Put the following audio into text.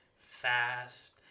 fast